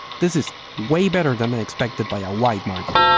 this is way better than i expected by a wide margin.